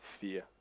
fear